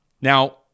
Now